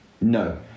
No